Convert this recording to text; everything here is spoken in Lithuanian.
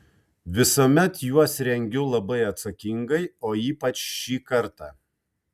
visuomet juos rengiu labai atsakingai o ypač šį kartą